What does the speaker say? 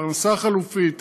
פרנסה חלופית,